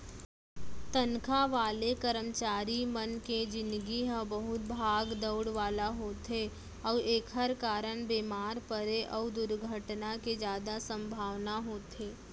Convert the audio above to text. तनखा वाले करमचारी मन के निजगी ह बहुत भाग दउड़ वाला होथे अउ एकर कारन बेमार परे अउ दुरघटना के जादा संभावना होथे